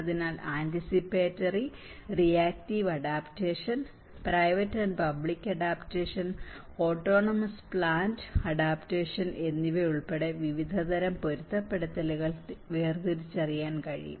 അതിനാൽ anticipatory reactive adaptation private and public adaptation autonomous planned adaptation എന്നിവയുൾപ്പെടെ വിവിധ തരം പൊരുത്തപ്പെടുത്തലുകൾ വേർതിരിച്ചറിയാൻ കഴിയും